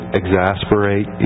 exasperate